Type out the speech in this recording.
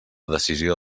decisió